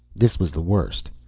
this was the worst.